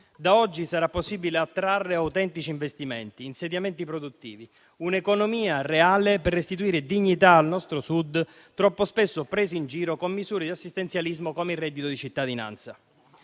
da oggi sarà possibile attrarre autentici investimenti e insediamenti produttivi; un'economia reale per restituire dignità al nostro Sud, troppo spesso preso in giro con misure di assistenzialismo come il reddito di cittadinanza.